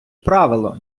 правило